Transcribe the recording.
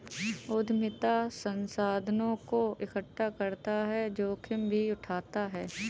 उद्यमिता संसाधनों को एकठ्ठा करता और जोखिम भी उठाता है